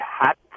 hat